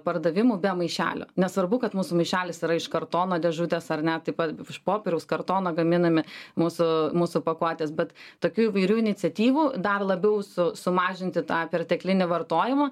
pardavimų be maišelio nesvarbu kad mūsų maišelis yra iš kartono dėžutės ar ne taip pat iš popieriaus kartono gaminami mūsų mūsų pakuotės bet tokių įvairių iniciatyvų dar labiau su sumažinti tą perteklinį vartojimą